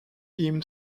him